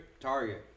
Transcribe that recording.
target